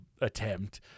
attempt